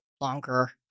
longer